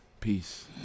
Peace